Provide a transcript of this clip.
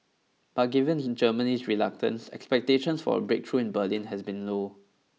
but given in Germany's reluctance expectations for a breakthrough in Berlin has been low